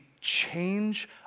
change